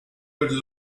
could